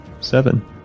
Seven